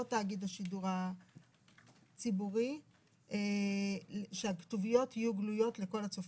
תאגיד השידור הציבורי שהכתוביות יהיו גלויות לכל הצופים?